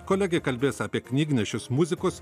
kolegė kalbės apie knygnešius muzikus